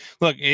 look